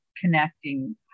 connecting